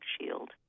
Shield